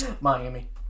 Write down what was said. Miami